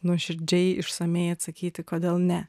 nuoširdžiai išsamiai atsakyti kodėl ne